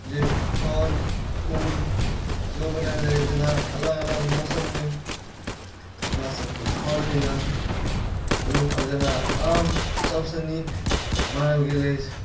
जे फल फूल सेहो बनायल जाइए जेना अलग अलग मौसममे अपनासभके फल होइए कोनो फल जेना आम सभसँ नीक मानल गेल अछि